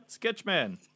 Sketchman